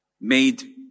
made